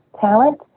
talent